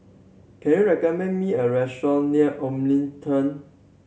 can you recommend me a restaurant near Omni